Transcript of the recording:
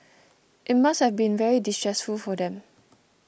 it must have been very distressful for them